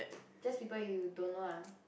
just people you don't know ah